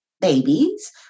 babies